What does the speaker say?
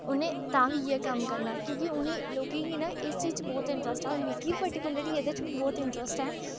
उनें तां बी इ'यै कम्म करना क्योंकि उ'नें लोकें गी ना इस चीज़ा च बोह्त इंट्रस्ट ऐ होर मिगी बी पर्टिकुलरिरी एह्दे च बी बोह्त इंट्रस्ट ऐ